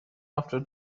after